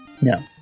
No